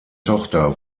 tochter